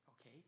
Okay